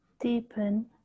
deepen